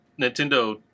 Nintendo